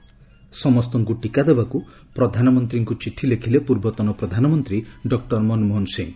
ସମସ୍ତଙ୍କୁ ଟିକା ଦେବାକୁ ପ୍ରଧାନମନ୍ତ୍ରୀଙ୍କୁ ଚିଠି ଲେଖିଲେ ପୂର୍ବତନ ପ୍ରଧାନମନ୍ତ୍ରୀ ଡକ୍କର ମନମୋହନ ସିଂହ